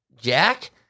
Jack